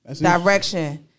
Direction